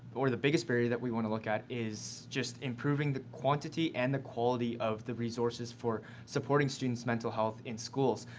or the biggest barrier that we want to look at is just improving the quantity and the quality of the resources for supporting students' mental health in schools.